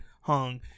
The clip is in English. hung